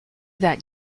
that